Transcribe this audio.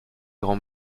grand